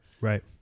Right